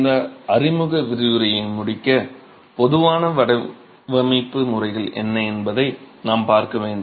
இந்த அறிமுக விரிவுரையை முடிக்க பொதுவான வடிவமைப்பு முறைகள் என்ன என்பதை நாம் பார்க்க வேண்டும்